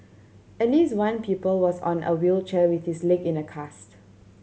at least one people was on a wheelchair with his leg in a cast